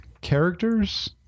characters